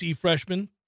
freshman